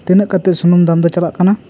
ᱛᱤᱱᱟᱹᱜ ᱠᱟᱛᱮ ᱥᱩᱱᱩᱢ ᱫᱟᱢ ᱫᱚ ᱪᱟᱞᱟᱜ ᱠᱟᱱᱟ